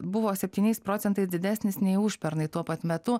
buvo septyniais procentais didesnis nei užpernai tuo pat metu